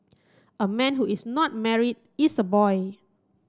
a man who is not married is a boy